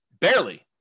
barely